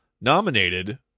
nominated